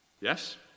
Yes